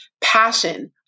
Passion